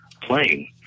playing